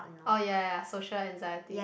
oh ya ya social anxiety